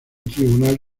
tribunal